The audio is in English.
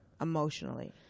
emotionally